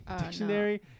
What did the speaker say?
Dictionary